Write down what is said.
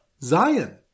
Zion